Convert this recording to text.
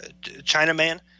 Chinaman